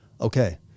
okay